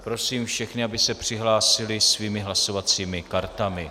Prosím všechny, aby se přihlásili svými hlasovacími kartami.